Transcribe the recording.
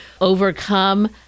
overcome